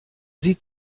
sieht